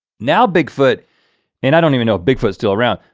now bigfoot and i don't even know bigfoot still around.